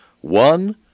one